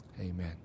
Amen